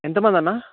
ఎంతమందన్నా